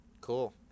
Cool